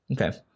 Okay